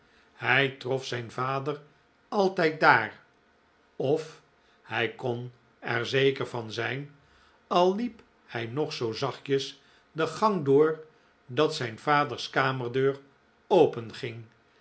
hij trof zijn vader altijd daar of hij kon er zeker van zijn al liep hij nog zoo zachtjes de gang door dat zijn vaders kamerdeur openging